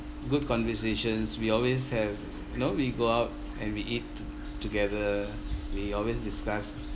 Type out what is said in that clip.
good conversations we always have you know we go out and we eat to~ together we always discuss